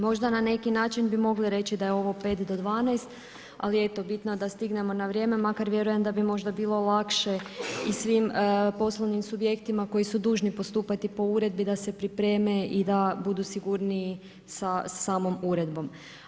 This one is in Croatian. Možda na neki način bi mogli reći da je ovo 5 do 12, ali eto bitno je da stignemo na vrijeme, makar vjerujem da bi možda bilo lakše i svim poslovnim subjektima koji su dužni postupati po uredbi da se pripreme i da budu sigurniji sa samom uredbom.